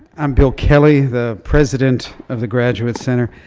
i'm bill kelly, the president of the graduate center.